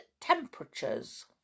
temperatures